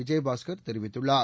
விஜயபாஸ்கர் தெரிவித்துள்ளார்